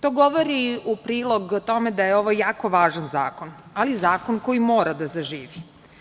To govori u prilog tome da je ovo jako važan zakon, ali zakon koji mora da zaživi.